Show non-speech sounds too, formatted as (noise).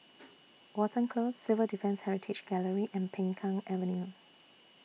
(noise) Watten Close Civil Defence Heritage Gallery and Peng Kang Avenue